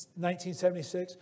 1976